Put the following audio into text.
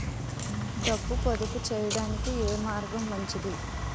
డబ్బు పొదుపు చేయటానికి ఏ మార్గం మంచిది?